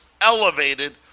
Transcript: elevated